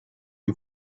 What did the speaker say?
you